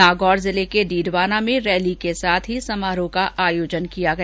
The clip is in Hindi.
नागौर जिले के डीडवाना में रैली के साथ ही समारोह का आयोजन किया गया